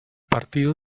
partido